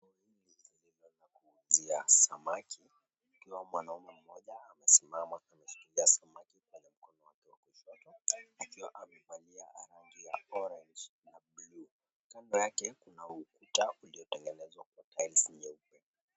Pa kuuzia samaki ikiwa mwanaume mmoja amesimama kushikilia samaki kwenye mkono wake wa kushoto akiwa amevalia nguo ya rangi ya orange na buluu. Kando yake kuna ukuta uliotengenezwa kwa tiles nyeupe.